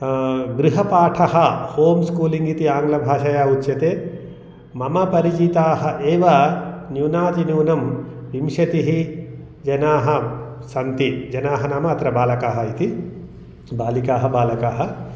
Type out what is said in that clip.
गृहपाठः home schooling इति आङ्ग्लभाषया उच्यते मम परिचिताः एव न्यूनतिन्यूनं विंशतिः जनाः सन्ति जनाः नाम अत्र बालकाः इति बालिकाः बालकाः